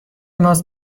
ماست